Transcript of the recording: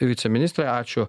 viceministrė ačiū